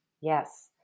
Yes